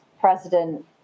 president